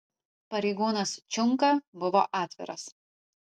pareigūnas čiunka buvo atviras